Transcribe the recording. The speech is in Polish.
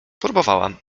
próbowałam